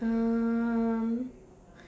um